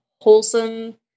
wholesome